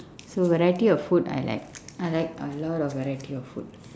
so variety of food I like I like a lot of variety of food